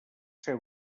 ser